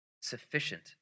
sufficient